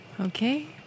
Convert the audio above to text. Okay